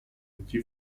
идти